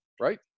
right